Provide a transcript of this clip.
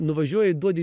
nuvažiuoji duodi